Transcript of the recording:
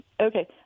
Okay